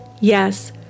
Yes